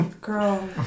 Girl